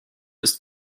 ist